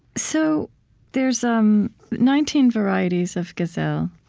so there's um nineteen varieties of gazelle.